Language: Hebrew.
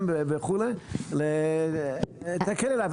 תקלי עליו.